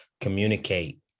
communicate